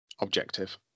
Objective